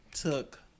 took